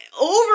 over